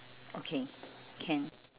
okay can